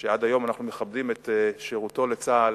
שעד היום אנחנו מכבדים את שירותו לצה"ל,